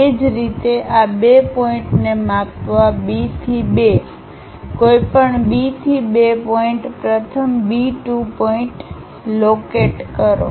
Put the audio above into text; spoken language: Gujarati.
એ જ રીતે આ 2 પોઇન્ટ ને માપવા B થી 2 કોઈપણ B થી 2 પોઇન્ટ પ્રથમ B 2 પોઇન્ટ લોકેટ કરો